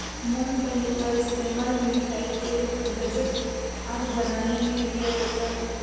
मूंगफली का इस्तेमाल मिठाई, तेल, गज्जक आदि बनाने में किया जाता है